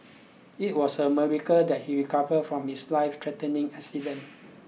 it was a miracle that he recovered from his lifethreatening accident